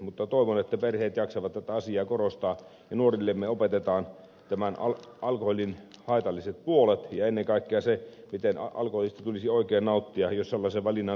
mutta toivon että perheet jaksavat tätä asiaa korostaa ja nuorillemme opetetaan alkoholin haitalliset puolet ja ennen kaikkea se miten alkoholista tulisi oikein nauttia jos sellaisen valinnan sattuu tekemään